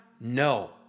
No